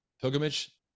pilgrimage